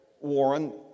Warren